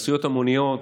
התכנסויות המוניות